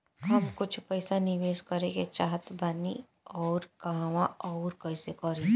हम कुछ पइसा निवेश करे के चाहत बानी और कहाँअउर कइसे करी?